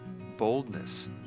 boldness